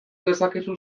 dezakezu